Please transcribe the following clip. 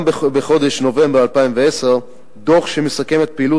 גם בחודש נובמבר 2010 דוח שמסכם את פעילות